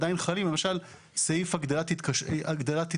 למשל סעיף הגדלת התקשרות.